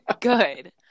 good